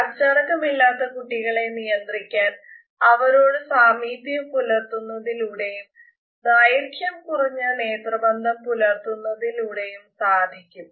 അച്ചടക്കമില്ലാത്ത കുട്ടികളെ നിയന്ത്രിക്കാൻ അവരോട് സാമീപ്യം പുലർത്തുന്നതിലൂടെയും ദൈർഘ്യം കുറഞ്ഞ നേത്രബന്ധം പുലർത്തുന്നതിലൂടെയും സാധിക്കും